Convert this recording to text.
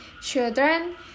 children